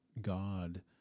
God